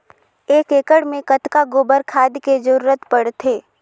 एक एकड़ मे कतका गोबर खाद के जरूरत पड़थे?